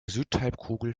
südhalbkugel